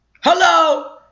Hello